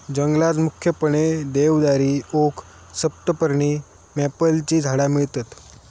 जंगलात मुख्यपणे देवदारी, ओक, सप्तपर्णी, मॅपलची झाडा मिळतत